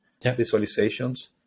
visualizations